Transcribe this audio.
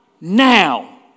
now